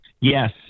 Yes